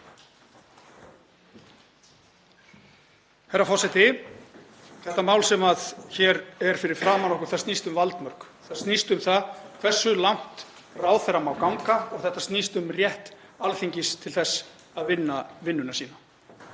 Herra forseti. Þetta mál sem hér er fyrir framan okkur snýst um valdmörk, snýst um það hversu langt ráðherra má ganga og það snýst um rétt Alþingis til þess að vinna vinnuna sína.